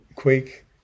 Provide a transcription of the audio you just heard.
Quake